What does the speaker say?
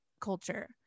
culture